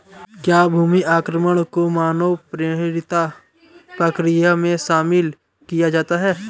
क्या भूमि अवक्रमण को मानव प्रेरित प्रक्रिया में शामिल किया जाता है?